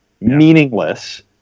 meaningless